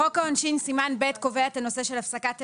חוק העונשין סימן (ב) קובע את הנושא של הפסקת היריון.